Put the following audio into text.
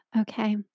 Okay